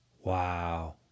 Wow